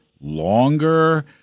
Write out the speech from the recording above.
longer